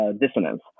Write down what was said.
dissonance